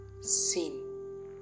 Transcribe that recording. sin